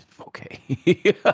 Okay